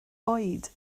oed